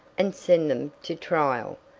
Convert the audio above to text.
and send them to trial.